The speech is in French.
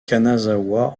kanazawa